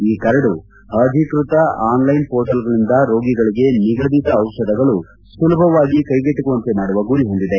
ಈ ಕರಡು ಅಧಿಕೃತ ಆನ್ಲೈನ್ ಪೋರ್ಟಲ್ಗಳಿಂದ ರೋಗಿಗಳಿಗೆ ನಿಗದಿತ ಔಷಧಗಳು ಸುಲಭವಾಗಿ ಕೈಗೆಟಕುವಂತೆ ಮಾಡುವ ಗುರಿ ಹೊಂದಿದೆ